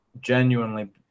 genuinely